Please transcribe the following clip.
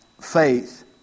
faith